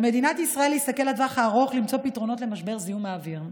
על מדינת ישראל להסתכל לטווח הארוך ולמצוא פתרונות למשבר זיהום האוויר.